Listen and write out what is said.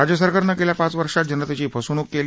राज्य सरकारनं गेल्या पाच वर्षात जनतेची फसवणूक केली